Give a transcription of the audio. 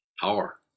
power